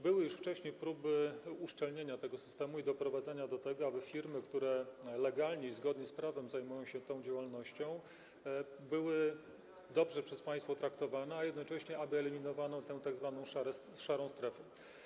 Były już wcześniej próby uszczelnienia tego systemu i doprowadzenia do tego, aby firmy, które legalnie i zgodnie z prawem zajmują się tą działalnością, były dobrze przez państwo traktowane, a jednocześnie aby eliminować tzw. szarą strefę.